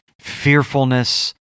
fearfulness